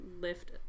lift